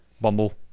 Bumble